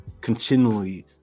continually